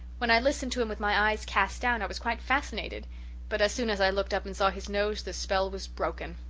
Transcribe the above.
when i listened to him with my eyes cast down i was quite fascinated but as soon as i looked up and saw his nose the spell was broken.